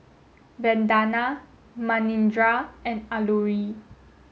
Vandana Manindra and Alluri